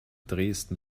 dresden